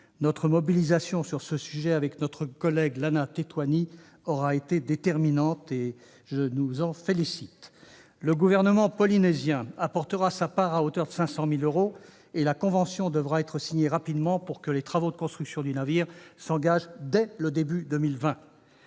Notre mobilisation sur ce sujet, au côté de notre collègue Lana Tetuanui, aura été déterminante ; je m'en félicite ! Le gouvernement polynésien apportera sa part, à hauteur de 500 000 euros, et la convention devra être signée rapidement pour que les travaux de construction du navire s'engagent dès le début de 2020.